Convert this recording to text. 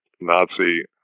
Nazi